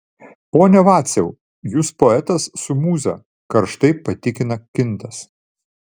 pone vaciau jūs poetas su mūza karštai patikina kintas